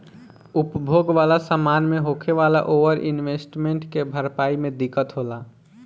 उपभोग वाला समान मे होखे वाला ओवर इन्वेस्टमेंट के भरपाई मे दिक्कत होला